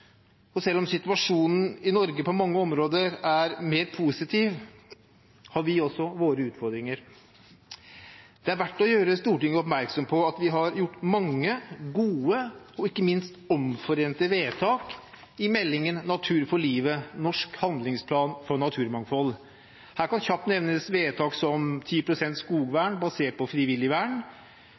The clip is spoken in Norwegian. selv om situasjonen i Norge på mange områder er mer positiv, har vi også våre utfordringer. Det er verdt å gjøre Stortinget oppmerksom på at vi har gjort mange gode og ikke minst omforente vedtak i Meld. St. 14 for 2015–2016, Natur for livet – Norsk handlingsplan for naturmangfold. Her kan kjapt nevnes vedtak som 10 pst. skogvern basert på frivillig vern,